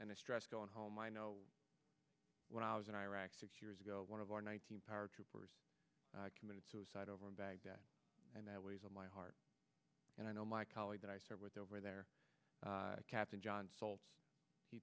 and the stress going home i know when i was in iraq six years ago one of our nineteen paratroopers committed suicide over in baghdad and that weighs on my heart and i know my colleague that i serve with over there captain john